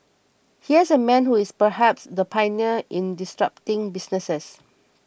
here's a man who is perhaps the pioneer in disrupting businesses